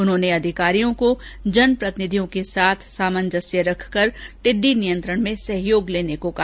उन्होंने अधिकारियों को जनप्रतिनिधियों के साथ सामंजस्य रखकर टिड्डी नियंत्रण में सहयोग लेने को कहा